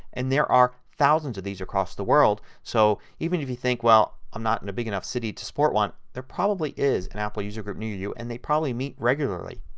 and there are thousands of these across the world so even if you think, well i'm not in a big enough city to support one there probably is an apple user group near you you and they probably meet regularly.